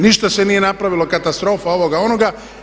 Ništa se nije napravilo, katastrofa ovoga, onoga.